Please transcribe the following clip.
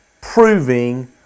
proving